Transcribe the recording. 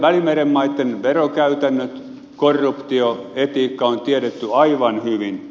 välimeren maitten verokäytännöt korruptio etiikka on tiedetty aivan hyvin